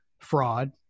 fraud